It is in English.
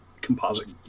composite